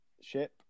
ship